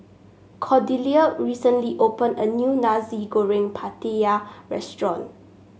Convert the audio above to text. Cordelia recently opened a new Nasi Goreng Pattaya restaurant